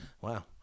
wow